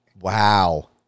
Wow